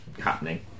happening